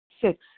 Six